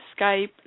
Skype